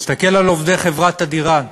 תסתכל על עובדי חברת "תדיראן"